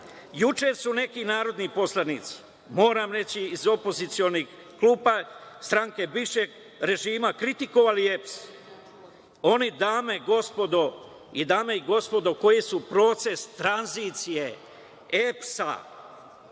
Juče su neki narodni poslanici, moram reći, iz opozicionih klupa, stranke bivšeg režima, kritikovali EPS. Oni, dame i gospodo, koji su proces tranzicije EPS-a